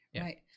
right